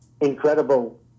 incredible